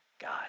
God